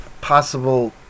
Possible